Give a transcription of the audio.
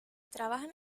trabajan